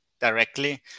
directly